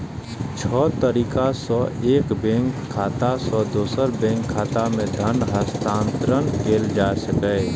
छह तरीका सं एक बैंक खाता सं दोसर बैंक खाता मे धन हस्तांतरण कैल जा सकैए